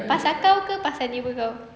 pasal kau ke pasal neighbour kau